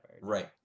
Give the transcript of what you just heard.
Right